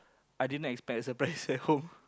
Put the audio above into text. i didn't expect a surprise at home